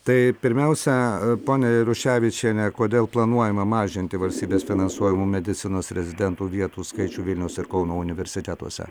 tai pirmiausia ponia jaruševičiene kodėl planuojama mažinti valstybės finansuojamų medicinos rezidentų vietų skaičių vilniaus ir kauno universitetuose